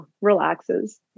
relaxes